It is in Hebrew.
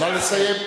נא לסיים.